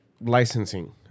licensing